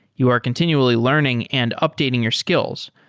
you are continually learning and updating your skills,